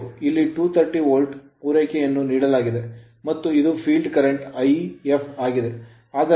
ಇಲ್ಲಿ 230 ವೋಲ್ಟ್ ಪೂರೈಕೆಯನ್ನು ನೀಡಲಾಗಿದೆ ಮತ್ತು ಇದು field current field current If ಆಗಿದೆ